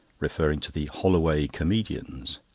referring to the holloway comedians.